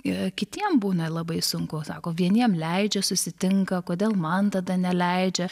ir kitiem būna labai sunku sako vieniem leidžia susitinka kodėl man tada neleidžia